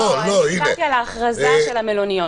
אני דיברתי על ההכרזה של המלוניות.